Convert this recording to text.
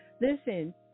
Listen